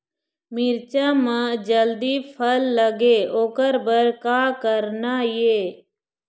मिरचा म जल्दी फल लगे ओकर बर का करना ये?